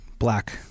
black